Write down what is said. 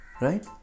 right